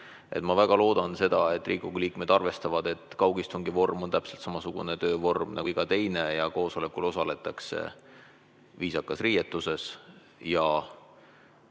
Ma väga loodan, et Riigikogu liikmed arvestavad, et kaugistungi vorm on täpselt samasugune töövorm nagu iga teine ja koosolekul osaletakse viisakas riietuses